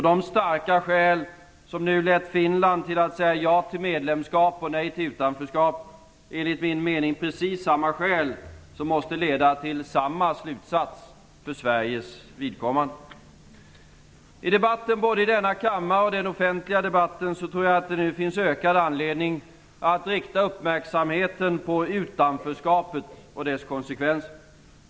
De starka skäl som nu lett Finland till att säga ja till medlemskap och nej till utanförskap är, enligt min mening, precis samma skäl som måste leda till samma slutsats för Sveriges vidkommande. I debatten i kammaren och i den offentliga debatten finns det nu ökad anledning att rikta uppmärksamheten på utanförskapet och dess konsekvenser.